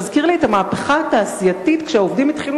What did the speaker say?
מה שמזכיר לי את המהפכה התעשייתית כשהעובדים התחילו